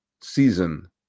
season